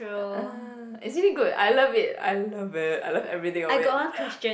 uh it's really good I love it I love it I love everything of it